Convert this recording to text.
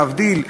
להבדיל,